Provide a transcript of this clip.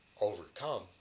overcome